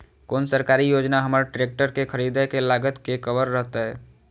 कोन सरकारी योजना हमर ट्रेकटर के खरीदय के लागत के कवर करतय?